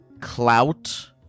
clout